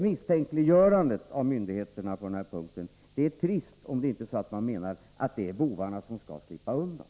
Misstänkliggörandet av myndigheterna på den här punkten är trist — om det inte är så att man menar att bovarna skall slippa undan.